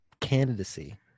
candidacy